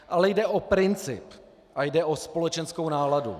Ale jde o princip a jde o společenskou náladu.